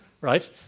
right